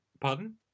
Pardon